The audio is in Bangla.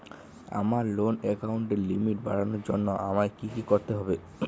আমার লোন অ্যাকাউন্টের লিমিট বাড়ানোর জন্য আমায় কী কী করতে হবে?